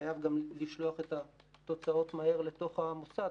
חייב גם לשלוח את התוצאות מהר לתוך המוסד.